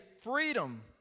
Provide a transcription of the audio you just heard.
freedom